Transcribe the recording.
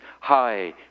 High